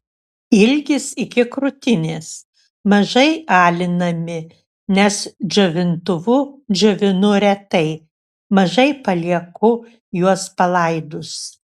ilgis iki krūtinės mažai alinami nes džiovintuvu džiovinu retai mažai palieku juos palaidus